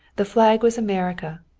the flag was america,